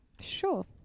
Sure